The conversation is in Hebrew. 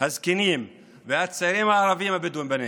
הזקנים והצעירים הערבים הבדואים בנגב,